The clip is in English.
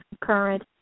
current